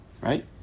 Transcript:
Right